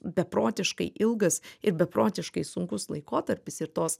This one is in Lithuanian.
beprotiškai ilgas ir beprotiškai sunkus laikotarpis ir tos